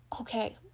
okay